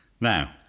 Now